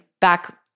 back